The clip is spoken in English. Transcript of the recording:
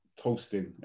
toasting